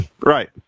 Right